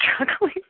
struggling